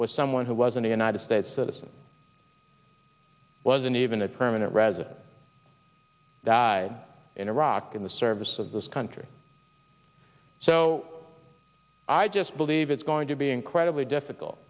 was someone who wasn't a united states citizen was an even a permanent resident died in iraq in the service of this country so i just believe it's going to be incredibly difficult